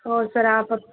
और सर आप